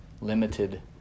limited